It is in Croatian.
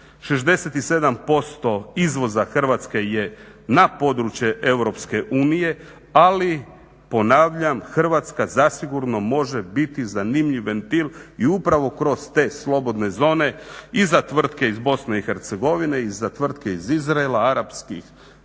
67% izvoza Hrvatske je na područje Europske unije, ali ponavljam Hrvatska zasigurno može biti zanimljiv ventil i upravo kroz te slobodne zone i za tvrtke iz BiH i za tvrtke iz Izraela, arapskih